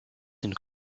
une